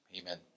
amen